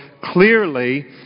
clearly